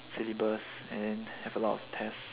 syllabus and then have a lot of test